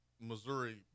Missouri